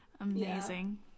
amazing